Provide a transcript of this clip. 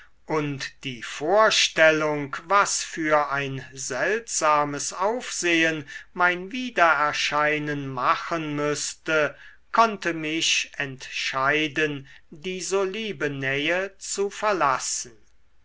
und die vorstellung was für ein seltsames aufsehen mein wiedererscheinen machen müßte konnte mich entscheiden die so liebe nähe zu verlassen